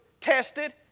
tested